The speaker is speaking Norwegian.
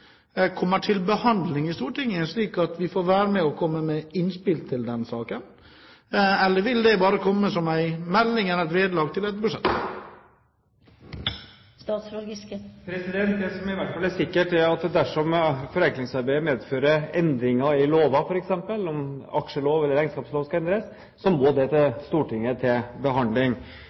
kommer til behandling i Stortinget, slik at vi får være med og komme med innspill til den saken, eller vil det bare komme som en melding eller et vedlegg til et budsjett? Det som i hvert fall er sikkert, er at dersom forenklingsarbeidet medfører endringer i lover, f.eks. om aksjelov eller regnskapslov skal endres, så må det til Stortinget til behandling.